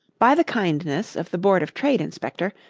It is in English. by the kindness of the board of trade inspector,